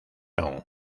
aún